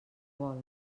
vol